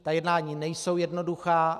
Ta jednání nejsou jednoduchá.